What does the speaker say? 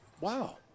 Wow